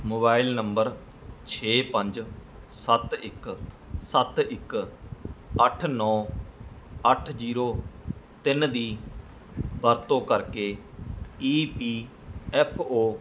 mobile number ਛੇ ਪੰਜ ਸੱਤ ਇੱਕ ਸੱਤ ਇੱਕ ਅੱਠ ਨੌਂ ਅੱਠ ਜੀਰੋ ਤਿੰਨ ਦੀ ਵਰਤੋਂ ਕਰਕੇ ਈ ਪੀ ਐਫ ਓ